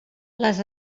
les